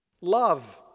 Love